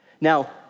Now